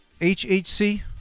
HHC